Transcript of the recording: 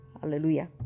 Hallelujah